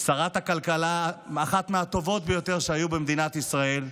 שרת הכלכלה, אחת מהטובות ביותר שהיו במדינת ישראל,